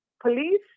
police